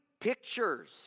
pictures